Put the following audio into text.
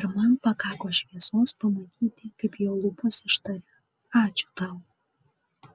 ir man pakako šviesos pamatyti kaip jo lūpos ištaria ačiū tau